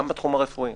גם בתחום הרפואי.